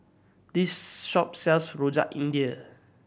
this shop sells Rojak India